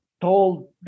told